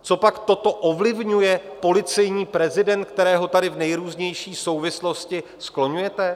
Copak toto ovlivňuje policejní prezident, kterého tady v nejrůznějších souvislostech skloňujete?